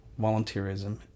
volunteerism